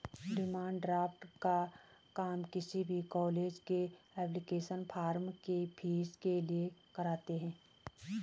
demand draft का काम किसी भी कॉलेज के एप्लीकेशन फॉर्म की फीस के लिए करते है